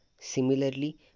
Similarly